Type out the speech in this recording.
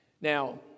Now